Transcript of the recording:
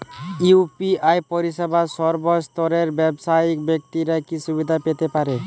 UPI পরিসেবা সর্বস্তরের ব্যাবসায়িক ব্যাক্তিরা কি সুবিধা পেতে পারে?